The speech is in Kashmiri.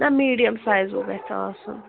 نہ میٖڈیَم سایزُک گژھِ آسُن